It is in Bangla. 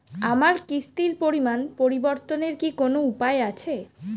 আমার কিস্তির পরিমাণ পরিবর্তনের কি কোনো উপায় আছে?